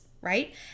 right